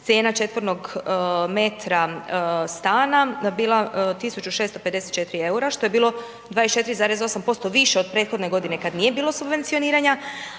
cijena četvornog metra stana bila 1.654 EUR-a što je bilo 24,8% više od prethodne godine kad nije bilo subvencioniranja,